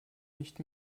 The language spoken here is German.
nicht